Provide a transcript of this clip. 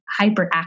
hyperactive